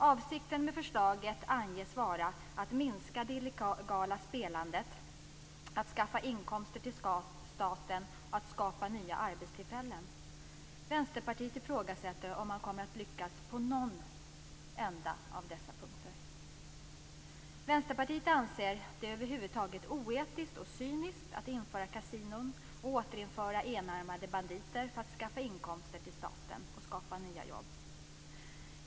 Avsikten med förslaget anges vara att minska det illegala spelandet, skaffa inkomster till staten och skapa nya arbetstillfällen. Vänsterpartiet ifrågasätter att man kommer att lyckas på någon enda av dessa punkter. Vänsterpartiet anser det över huvud taget oetiskt och cyniskt att införa kasinon och återinföra enarmade banditer för att skaffa inkomster till staten och skapa nya jobb.